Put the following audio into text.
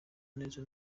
neza